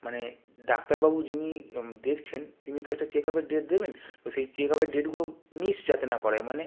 মানে ডাক্তারবাবু যিনি দেখছেন তিনি তো একটা চেকআপের ডেট দেবেন সেই চেকআপের ডেটগুলো মিস যাতে না করে মানে